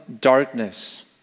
darkness